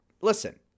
Listen